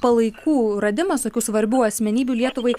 palaikų radimas tokių svarbių asmenybių lietuvai